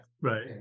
Right